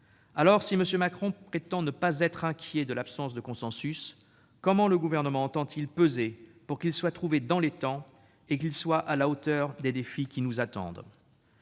alors que M. Macron prétend ne pas être inquiet de l'absence de consensus, comment le Gouvernement entend-il peser pour que celui-ci soit trouvé dans les temps et qu'il soit à la hauteur des défis qui nous attendent ?